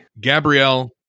Gabrielle